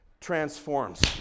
transforms